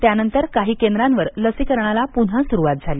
त्यानंतर काही केंद्रांवर लसीकरणाला पुन्हा सुरुवात झाली